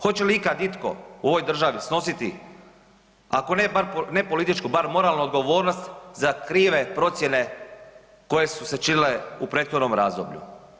Hoće li ikad itko u ovoj državi snositi, ako ne bar, ne političku, bar moralnu odgovornost za krive procjene koje su se činile u prethodnom razdoblju?